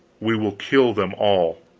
we will kill them all.